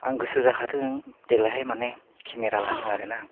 आं गोसो जाखादों देग्लाय हाय माने केमेरा लानो आरो ना